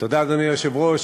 תודה, אדוני היושב-ראש.